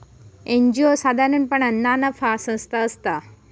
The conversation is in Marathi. एन.जी.ओ साधारणपणान ना नफा संस्था असता